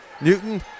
newton